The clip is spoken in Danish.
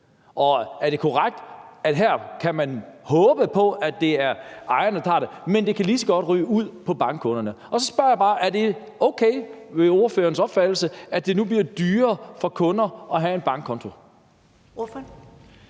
Er det korrekt, at man her kan håbe på, at det er ejerne, der tager udgiften, men at det lige så godt kan ryge over på bankkunderne? Så spørger jeg bare, om det efter ordførerens opfattelse er okay, at det nu bliver dyrere for kunder at have en bankkonto. Kl.